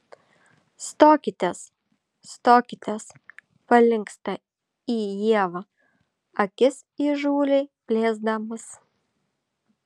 stokitės stokitės palinksta į ievą akis įžūliai plėsdamas